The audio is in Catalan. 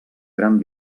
gran